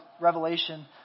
Revelation